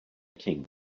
king